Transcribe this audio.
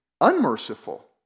unmerciful